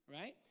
right